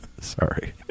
Sorry